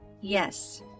yes